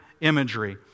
imagery